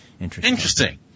Interesting